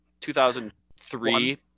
2003